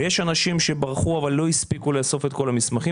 ויש אנשים שברחו אבל לא הספיקו לאסוף את כל המסמכים